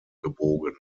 gebogen